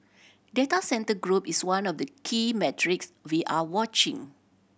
data centre group is one of the key metrics we are watching